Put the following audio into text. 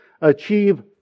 achieve